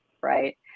right